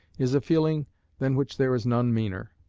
is a feeling than which there is none meaner.